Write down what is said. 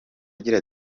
agira